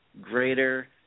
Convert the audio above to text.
greater